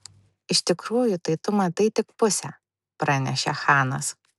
iš tikrųjų tai tu matai tik pusę pranešė chanas